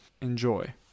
enjoy